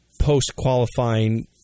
post-qualifying